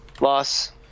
Loss